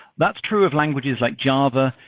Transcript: that's true of languages like java.